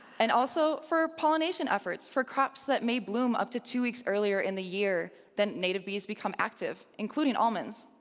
and also for pollination efforts for crops that may bloom up to two weeks earlier in the year than native bees become active, including almonds.